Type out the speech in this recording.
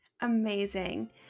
Amazing